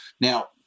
Now